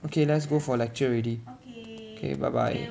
okay let's go for lecture already okay bye bye